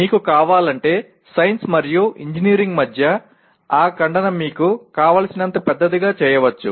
మీకు కావాలంటే సైన్స్ మరియు ఇంజనీరింగ్ మధ్య ఆ ఖండన మీకు కావలసినంత పెద్దదిగా చేయవచ్చు